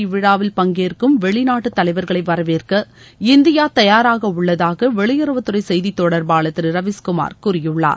இவ்விழாவில் பங்கேற்கும் வெளிநாட்டு தலைவர்களை வரவேற்க புதுதில்லியில் நடைபெறவுள்ள இந்தியா தயாராக உள்ளதாக வெளியுறவுத்துறை செய்தி தொடர்பாளர் திரு ரவீஷ்குமார் கூறியுள்ளார்